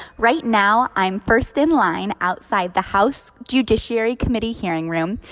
right now i'm first in line outside the house judiciary committee hearing room,